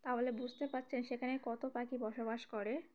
তাহলে বুঝতে পারছেন সেখানে কত পাখি বসবাস করে